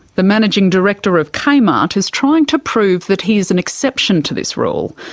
the managing director of kmart is trying to prove that he is an exception to this rule.